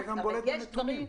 זה גם בולט בנתונים.